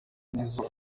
nizzo